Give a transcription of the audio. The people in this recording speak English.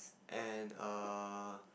and err